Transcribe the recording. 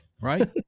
right